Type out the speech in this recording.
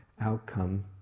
outcome